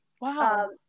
wow